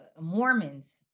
Mormons